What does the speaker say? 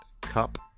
cup